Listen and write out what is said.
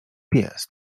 pies